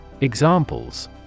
Examples